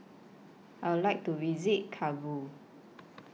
I Would like to visit Kabul